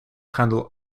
handle